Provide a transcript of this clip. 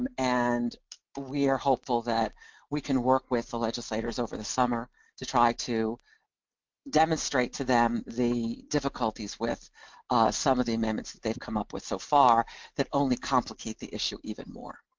and and we're hopeful that we can work with the legislators over the summer to try to demonstrate to them the difficulties with some of the amendment they have come up with so far that only complicate the issue even more.